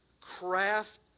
craft